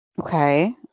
okay